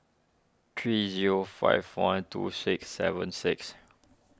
three zero five one two six seven six